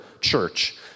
church